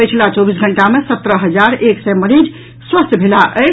पछिला चौबीस घंटा मे सत्रह हजार एक सय मरीज स्वस्थ भेलाह अछि